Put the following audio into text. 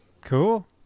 Cool